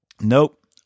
nope